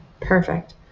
perfect